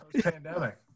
pandemic